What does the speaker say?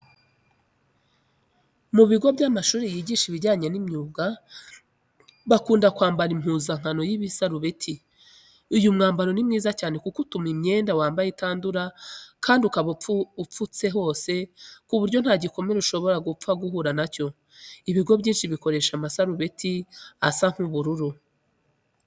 Mu bigo by'amashuri yigisha ibijyanye n'imyuga bakunda kwambara impuzankano y'ibisarubeti. Uyu mwambaro ni mwiza cyane kuko utuma imyenda wambaye itandura kandi ukaba ugupfutse hose ku buryo nta gikomere ushobora gupfa guhura na cyo. Ibigo byinshi bikoresha amasarubeti asa nk'ubururu.